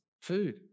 food